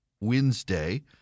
Wednesday